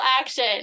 action